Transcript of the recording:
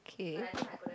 okay